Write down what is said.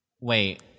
Wait